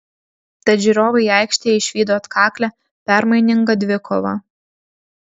tad žiūrovai aikštėje išvydo atkaklią permainingą dvikovą